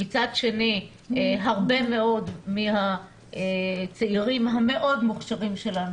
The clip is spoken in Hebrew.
ומצד שני הרבה מאוד מהצעירים המאוד מוכשרים שלנו